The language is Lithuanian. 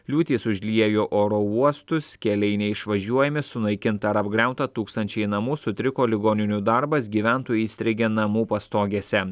liūtys užliejo oro uostus keliai neišvažiuojami sunaikinta ar apgriauta tūkstančiai namų sutriko ligoninių darbas gyventojai įstrigę namų pastogėse